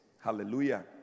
Hallelujah